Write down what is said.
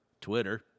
Twitter